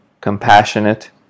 compassionate